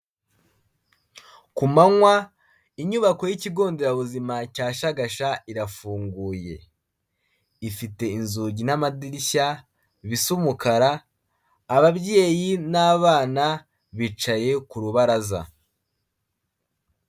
Ku manywa inyubako y'ikigon nderabuzima cya Shagasha irafunguye, ifite inzugi n'amadirishya bisa umukara, ababyeyi n'abana bicaye ku rubaraza.